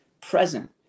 present